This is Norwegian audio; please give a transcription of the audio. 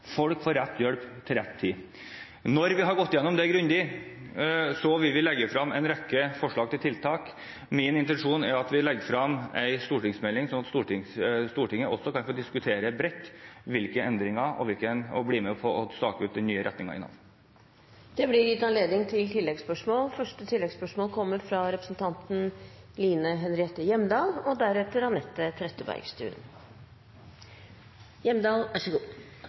folk får rett hjelp til rett tid. Når vi har gått gjennom det grundig, vil vi legge frem en rekke forslag til tiltak. Min intensjon er at vi legger frem en stortingsmelding, slik at Stortinget også kan få diskutere endringer bredt, og bli med på å stake ut den nye retningen i Nav. Det åpnes for oppfølgingsspørsmål – først representanten Line Henriette Hjemdal.